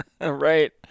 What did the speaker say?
Right